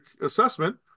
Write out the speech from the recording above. assessment